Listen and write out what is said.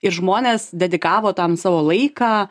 ir žmonės dedikavo tam savo laiką